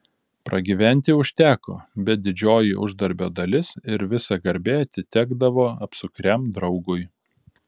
pragyventi užteko bet didžioji uždarbio dalis ir visa garbė atitekdavo apsukriam draugui